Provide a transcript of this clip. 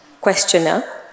Questioner